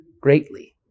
greatly